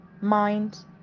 mind